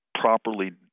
properly